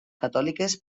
catòliques